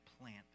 plant